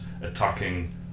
attacking